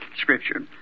Scripture